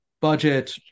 budget